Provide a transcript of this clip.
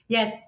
Yes